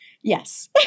Yes